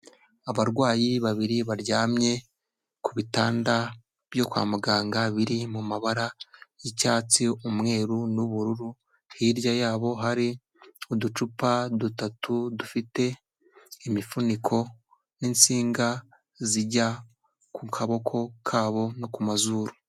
Abarwayi babiri baryamye ku bitanda byo kwa muganga, biri mu mabara y'icyatsi, umweru n'ubururu, hirya yabo hari uducupa dutatu dufite imifuniko n'insinga zijya ku kaboko kabo no ku mazuru.